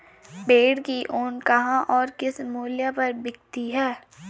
भेड़ की ऊन कहाँ और किस मूल्य पर बिकती है?